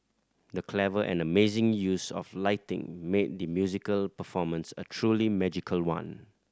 the clever and amazing use of lighting made the musical performance a truly magical one